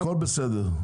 הכול בסדר.